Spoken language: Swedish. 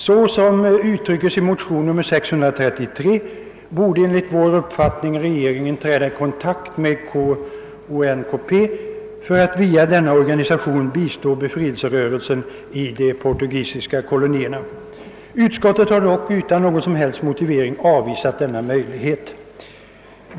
Som vi framhåller i motionen nr 633 borde regeringen enligt vår uppfattning träda i kontakt med CONCP för att via denna organisation bistå befrielserörelsen i de portugisiska kolonierna. Utskottet har dock utan någon som helst motivering avvisat denna möjlighet.